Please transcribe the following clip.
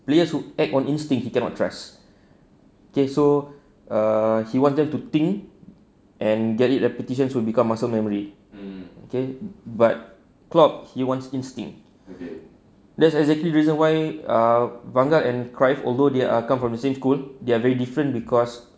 players would act on instinct he cannot trust okay so err he wants them to think and get it repetitions so become muscle memory okay but clock he wants instinct that's exactly reason why van gaal and cryuff although there are come from the same school they're very different cause